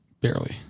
barely